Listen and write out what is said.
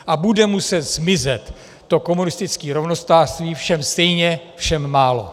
A bude muset zmizet to komunistické rovnostářství: všem stejně všem málo!